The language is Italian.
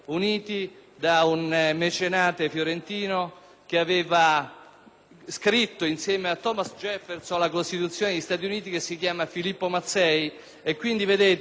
scritto, insieme a Thomas Jefferson, la Costituzione degli Stati Uniti e che si chiamava Filippo Mazzei. Quindi, vedete come, nel contesto internazionale dei delitti e delle pene, l'Italia,